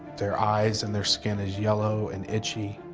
their eyes and their skin is yellow and itchy